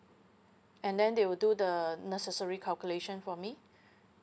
and then they will do the necessary calculation for me